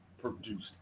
produced